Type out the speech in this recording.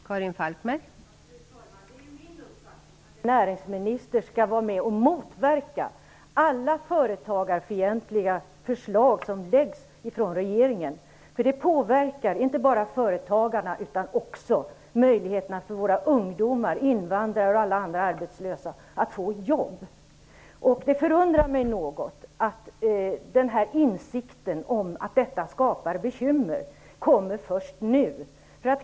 Fru talman! Det är min uppfattning att en näringsminister skall vara med och motverka alla företagarfientliga förslag som regeringen lägger fram. De påverkar inte bara företagarna utan också möjligheterna för våra ungdomar, invandrare och alla andra arbetslösa att få jobb. Det förundrar mig något att insikten om att detta skapar bekymmer kommer först nu.